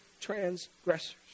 transgressors